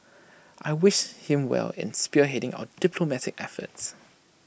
I wish him well in spearheading our diplomatic efforts